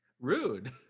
Rude